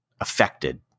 affected